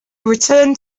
returned